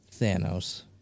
Thanos